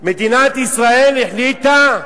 מדינת ישראל החליטה: